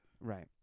Right